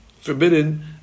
forbidden